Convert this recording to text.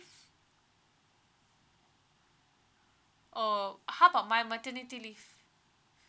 oh how about my maternity leave